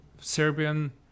Serbian